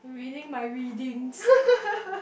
reading my readings